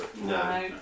no